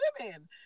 women